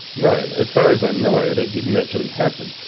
no. as far as i know that didn't actually happen.